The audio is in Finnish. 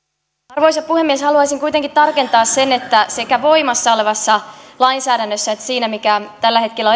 arvoisa puhemies haluaisin kuitenkin tarkentaa sen että sekä voimassa olevassa lainsäädännössä että siinä mikä tällä hetkellä